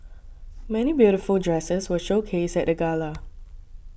many beautiful dresses were showcased at the gala